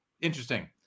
interesting